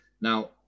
Now